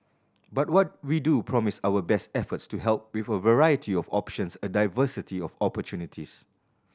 but what we do promise our best efforts to help with a variety of options a diversity of opportunities